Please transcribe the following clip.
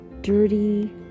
dirty